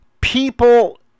people